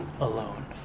alone